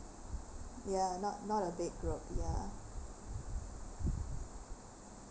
ya not not a big group ya